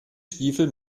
stiefel